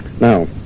Now